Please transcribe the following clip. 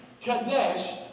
Kadesh